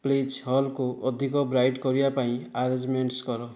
please ହଲ୍କୁ ଅଧିକ bright କରିବା ପାଇଁ ଆରେଞ୍ଜ୍ମେଣ୍ଟ୍ସ୍ କର